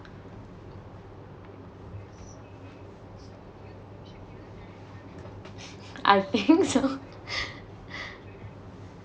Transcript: I think so